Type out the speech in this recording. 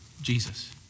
Jesus